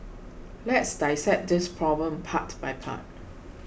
let's dissect this problem part by part